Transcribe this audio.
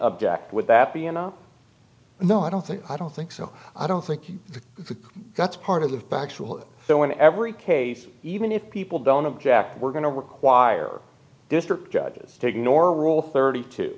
object would that be enough no i don't think i don't think so i don't think that's part of the facts rule so in every case even if people don't object we're going to require district judges to ignore rule thirty two